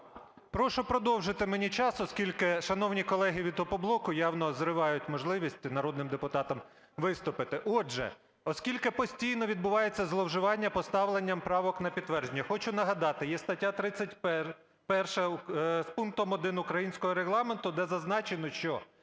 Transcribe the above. Прошу продовжити мені час, оскільки шановні колеги від "Опоблоку" явно зривають можливість народним депутатам виступити. Отже, оскільки постійно відбувається зловживання поставленням правок на підтвердження, хочу нагадати, є стаття 31' з пунктом 1 українського Регламенту, де зазначено, що